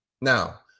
Now